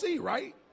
right